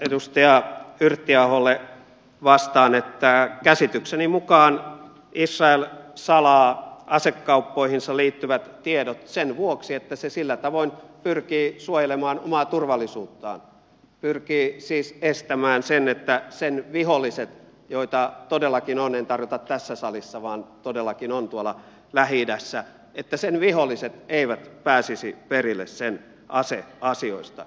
edustaja yrttiaholle vastaan että käsitykseni mukaan israel salaa asekauppoihinsa liittyvät tiedot sen vuoksi että se sillä tavoin pyrkii suojelemaan omaa turvallisuuttaan pyrkii siis estämään sen että sen viholliset joita todellakin on en tarkoita tässä salissa vaan todellakin tuolla lähi idässä että sen viholliset eivät pääsisi perille sen aseasioista